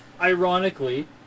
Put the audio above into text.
Ironically